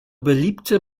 beliebte